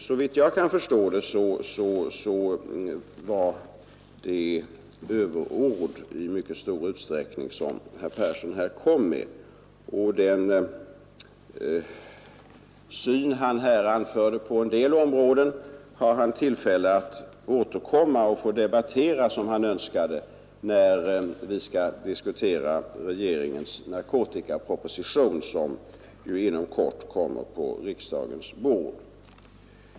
Såvitt jag kan förstå var det överord i mycket stor utsträckning som herr Persson kom med. På en del områden har han tillfälle att återkomma och debattera som han önskade, när vi skall diskutera regeringens narkotikaproposition som inom kort läggs på riksdagens bord.